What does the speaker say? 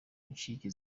incike